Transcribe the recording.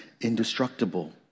indestructible